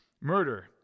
murder